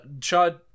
Chad